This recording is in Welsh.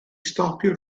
stopio